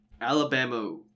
alabama